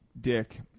dick